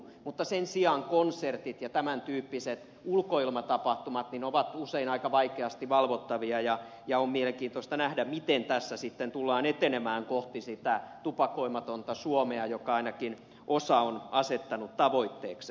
mutta sen sijaan konsertit ja tämän tyyppiset ulkoilmatapahtumat ovat usein aika vaikeasti valvottavia ja on mielenkiintoista nähdä miten tässä tullaan etenemään kohti sitä tupakoimatonta suomea jonka ainakin osa on asettanut tavoitteekseen